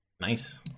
Nice